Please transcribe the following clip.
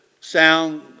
sound